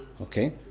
Okay